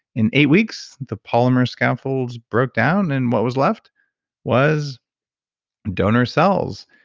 in eight weeks the polymer scaffolds broke down and what was left was donor cells.